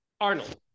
Arnold